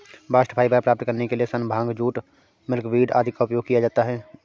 bast fibre प्राप्त करने के लिए सन, भांग, जूट, मिल्कवीड आदि का उपयोग किया जाता है